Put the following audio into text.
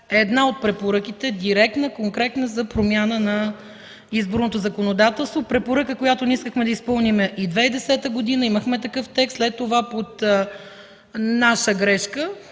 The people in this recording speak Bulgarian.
една от препоръките – директна, конкретна, за промяна на изборното законодателство. Препоръка, която ние искахме да изпълним и в 2010 г. Имахме такъв текст. След това по наша грешка